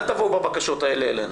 אל תבואו בבקשות האלה אלינו.